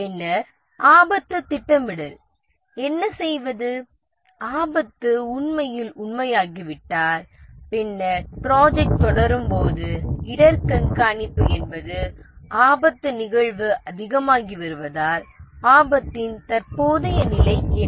பின்னர் ஆபத்து திட்டமிடல் என்ன செய்வது ஆபத்து உண்மையில் உண்மையாகிவிட்டால் பின்னர் ப்ராஜெக்ட் தொடரும்போது இடர் கண்காணிப்பு என்பது ஆபத்து நிகழ்தகவு அதிகமாகி வருவதால் ஆபத்தின் தற்போதைய நிலை என்ன